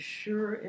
sure